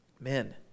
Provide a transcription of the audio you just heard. Men